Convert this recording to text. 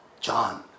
John